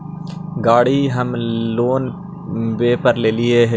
गाड़ी हम लोनवे पर लेलिऐ हे?